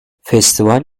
festival